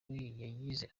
yagize